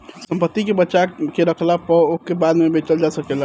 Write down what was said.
संपत्ति के बचा के रखला पअ ओके बाद में बेचल जा सकेला